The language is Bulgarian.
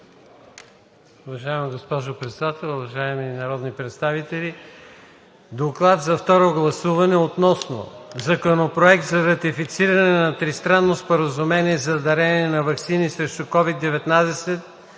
Уважаема госпожо Председател, уважаеми колеги! „Доклад за второ гласуване относно Законопроект за ратифициране на Тристранно споразумение за дарение на ваксини срещу COVID-19,